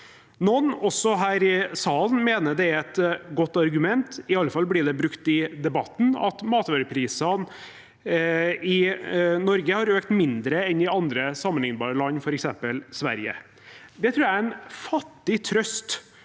Noen, også her i salen, mener det er et godt argument – iallfall blir det brukt i debatten – at matvarepris ene i Norge har økt mindre enn i andre, sammenlignbare land, f.eks. Sverige. Det tror jeg er en fattig trøst